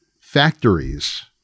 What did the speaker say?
factories